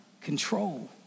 control